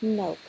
no